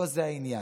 לא זה העניין.